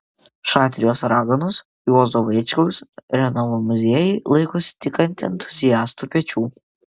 šatrijos raganos juozo vaičkaus renavo muziejai laikosi tik ant entuziastų pečių